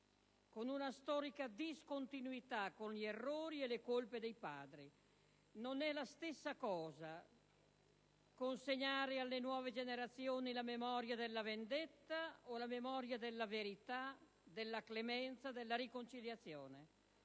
con una storica discontinuità, con gli errori e le colpe dei padri. Non è la stessa cosa consegnare alle nuove generazioni la memoria della vendetta o della verità, della clemenza, della riconciliazione.